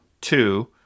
two